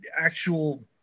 actual